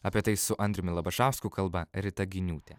apie tai su andriumi labašausku kalba rita giniūtė